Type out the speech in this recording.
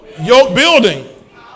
yoke-building